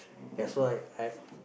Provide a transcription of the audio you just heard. that's why I